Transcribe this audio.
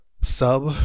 sub